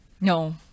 No